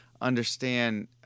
understand